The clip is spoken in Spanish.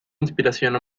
inspiración